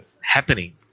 happening